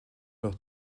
doch